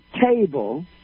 table